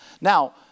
Now